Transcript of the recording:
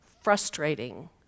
frustrating